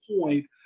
point